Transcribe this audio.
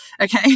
Okay